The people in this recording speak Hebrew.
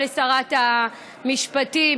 מיצוי אפשרויות האימוץ אצל קרוב משפחה),